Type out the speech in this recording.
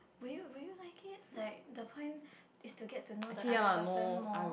will you will you like it like the point is to get to know the other person more